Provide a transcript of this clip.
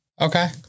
Okay